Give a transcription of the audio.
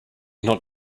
not